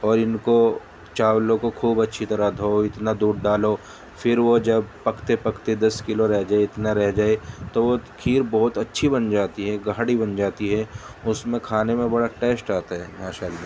اور ان کو چاولوں کو خوب اچھی طرح دھوؤ اتنا دودھ ڈالو پھر وہ جب پکتے پکتے دس کلو رہ جائے اتنا رہ جائے تو وہ کھیر بہت اچھی بن جاتی ہے گاڑھی بن جاتی ہے اس میں کھانے میں بڑا ٹیسٹ آتا ہے ماشاء اللہ